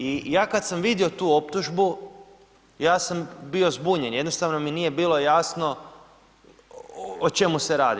I ja kad sam vidio tu optužbu, ja sam bio zbunjen, jednostavno mi nije bilo jasno o čemu se radi.